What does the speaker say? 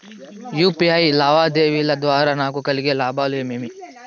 UPI లావాదేవీల ద్వారా నాకు కలిగే లాభాలు ఏమేమీ?